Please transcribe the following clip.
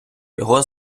його